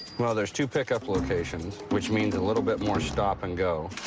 well, there's two pickup locations, which means a little bit more stop and go.